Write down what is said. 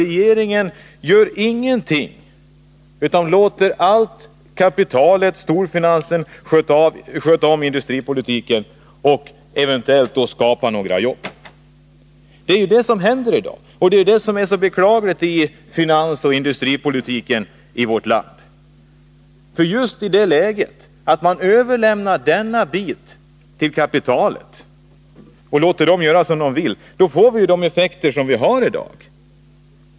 Regeringen gör ingenting, utan låter kapitalet och storfinansen styra industripolitiken och hoppas att man den vägen skall skapa några jobb. Detta är ju vad som händer i dag i finansoch industripolitiken i vårt land, och det är detta som är så beklagligt. Just genom att man överlämnar den delen av arbetsmarknadspolitiken till dem som har kapitalet och låter dem göra som de vill, får vi de effekter vi har i dag.